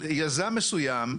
יזם מסוים,